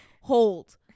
hold